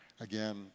again